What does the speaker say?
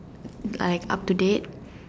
like up to date